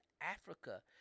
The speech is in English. Africa